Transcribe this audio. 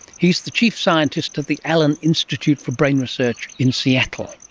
he's the chief scientist at the allen institute for brain research in seattle.